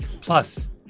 plus